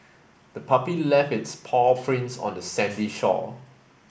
the puppy left its paw prints on the sandy shore